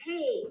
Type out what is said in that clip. Hey